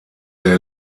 der